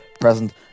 present